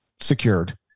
Secured